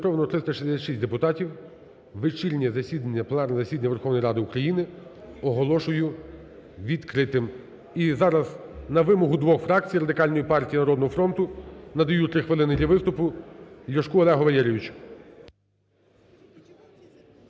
Зареєстровано 366 депутатів. Вечірнє засідання, пленарне засідання Верховної Ради України оголошую відкритим. І зараз на вимогу двох фракцій – Радикальної партії і "Народного фронту" – надаю три хвилини для виступу